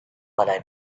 what